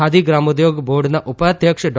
ખાદી ગ્રામોદ્યોગ બોર્ડના ઉપાધ્યક્ષ ડો